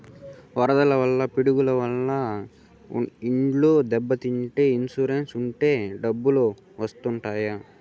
వరదల వల్ల పిడుగుల వల్ల ఇండ్లు దెబ్బతింటే ఇన్సూరెన్స్ ఉంటే డబ్బులు వత్తాయి